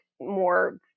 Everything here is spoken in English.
more